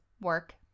work